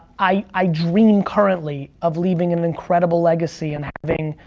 i dream currently of leaving an incredible legacy and having